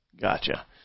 gotcha